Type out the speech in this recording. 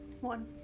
one